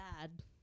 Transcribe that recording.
bad